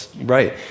Right